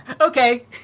Okay